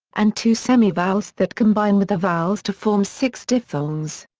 and two semivowels that combine with the vowels to form six diphthongs.